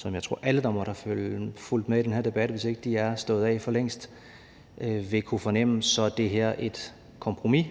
som jeg tror at alle, der har fulgt med i den her debat – hvis ikke de er stået af for længst – vil kunne fornemme, nemlig at det her er et kompromis